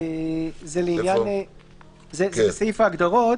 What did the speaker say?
זה בסעיף ההגדרות.